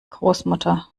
großmutter